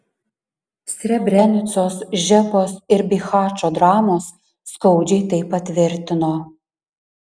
srebrenicos žepos ir bihačo dramos skaudžiai tai patvirtino